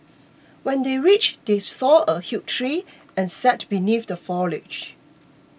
when they reached they saw a huge tree and sat beneath the foliage